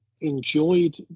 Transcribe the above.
enjoyed